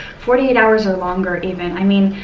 forty eight hours or longer even. i mean,